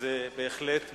זה בהחלט מקום,